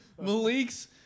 Malik's